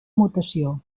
mutació